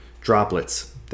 droplets